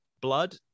blood